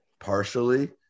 partially